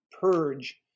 purge